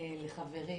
אני רוצה להודות לחברי,